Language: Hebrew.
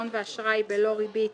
אשראי,